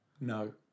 No